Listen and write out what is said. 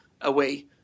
away